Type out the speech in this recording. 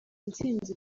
intsinzi